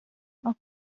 اقا